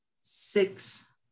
six